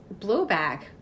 blowback